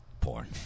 Porn